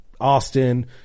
Austin